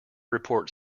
report